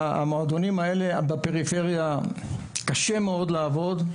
והמועדונים האלה, בפריפריה, קשה מאוד לעבוד.